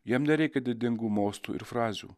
jam nereikia didingų mostų ir frazių